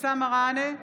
אבתיסאם מראענה,